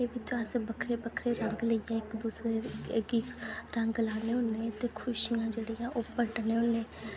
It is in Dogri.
एह्दे बेच अस बक्खरे बक्खरे रंग लेइयै इक दूसरे ई रंग लाने होनें आं ते खुशियां जेह्ड़ियां ओह् बंड़नें होनें